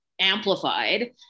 amplified